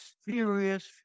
serious